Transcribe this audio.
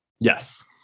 yes